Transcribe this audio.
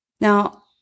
Now